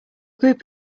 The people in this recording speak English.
group